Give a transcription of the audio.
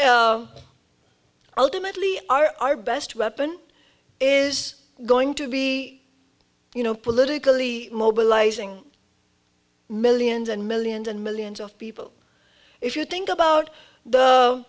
ultimately are our best weapon is going to be you know politically mobilizing millions and millions and millions of people if you think about the